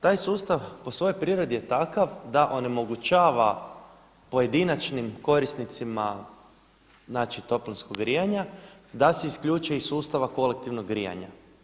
Taj sustav po svojoj prirodi je takav da onemogućava pojedinačnim korisnicima znači toplinskog grijanja da se isključe iz sustava kolektivnog grijanja.